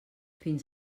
fins